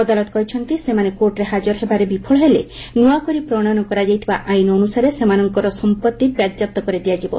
ଅଦାଲତ କହିଛନ୍ତି ସେମାନେ କୋର୍ଟରେ ହାଜର ହେବାରେ ବିଫଳ ହେଲେ ନୂଆକରି ପ୍ରଶୟନ କରାଯାଇଥିବା ଆଇନ୍ ଅନୁସାରେ ସେମାନଙ୍କର ସମ୍ପଭି ବାଜ୍ୟାପ୍ତ କରିଦିଆଯିବ